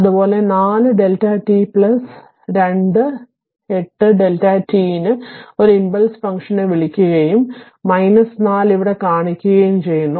അതുപോലെ 4 Δ t 2 8 Δ t ന്റെ ഒരു ഇംപൾസ് ഫംഗ്ഷനെ വിളിക്കുകയും 4 ഇവിടെ കാണിക്കുകയും ചെയ്യുന്നു